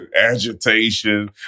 agitation